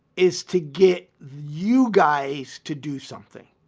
is to get you guys to do something,